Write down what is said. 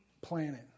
planet